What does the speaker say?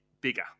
bigger